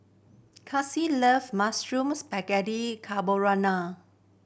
love Mushroom Spaghetti Carbonara